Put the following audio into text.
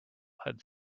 had